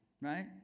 right